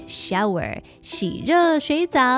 shower,洗热水澡。